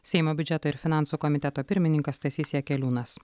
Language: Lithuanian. seimo biudžeto ir finansų komiteto pirmininkas stasys jakeliūnas